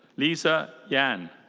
lisa yan.